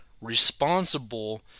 responsible